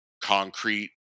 concrete